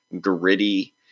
gritty